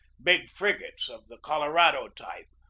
big frigates of the col orado type,